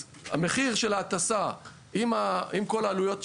אז המחיר של ההטסה, עם כל העלויות מסביב,